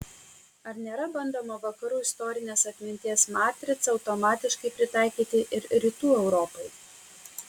ar nėra bandoma vakarų istorinės atminties matricą automatiškai pritaikyti ir rytų europai